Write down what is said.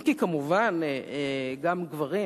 אם כי כמובן גם גברים,